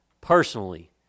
personally